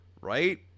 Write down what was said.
right